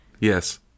Yes